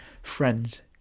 friends